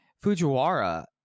Fujiwara